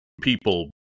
people